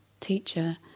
teacher